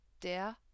Der